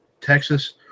Texas